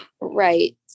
Right